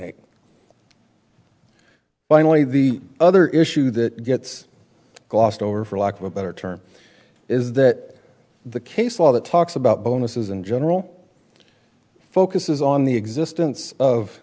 eight finally the other issue that gets glossed over for lack of a better term is that the case law that talks about bonuses in general focuses on the existence of